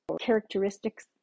characteristics